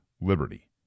Liberty